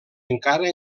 encara